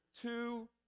two